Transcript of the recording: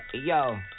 Yo